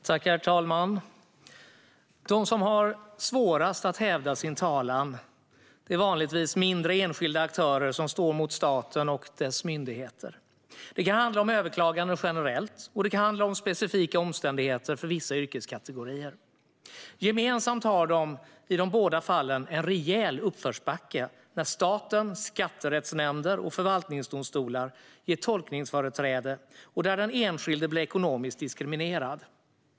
Herr talman! De som har svårast att hävda sin talan är vanligtvis mindre enskilda aktörer som står mot staten och dess myndigheter. Det kan handla om överklaganden generellt, och det kan handla om specifika omständigheter för vissa yrkeskategorier. Gemensamt har de i båda fallen en rejäl uppförsbacke när staten, skatterättsnämnder och förvaltningsdomstolar ges tolkningsföreträde och när den enskilde blir ekonomiskt diskriminerad.